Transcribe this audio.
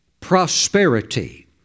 prosperity